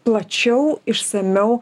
plačiau išsamiau